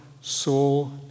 soul